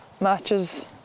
matches